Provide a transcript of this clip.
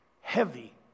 Heavy